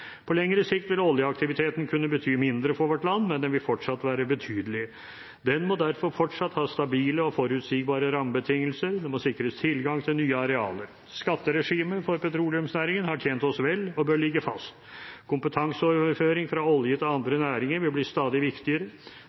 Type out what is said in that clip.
På lengre sikt vil oljeaktiviteten kunne bety mindre for vårt land, men den vil fortsatt være betydelig. Den må derfor fortsatt ha stabile og forutsigbare rammebetingelser og må sikres tilgang til nye arealer. Skatteregimet for petroleumsnæringen har tjent oss vel og bør ligge fast. Kompetanseoverføring fra olje til andre næringer vil bli stadig viktigere.